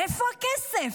מאיפה הכסף?